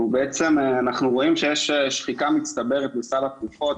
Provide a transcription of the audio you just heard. אנחנו רואים שיש שחיקה מצטברת בסל התרופות.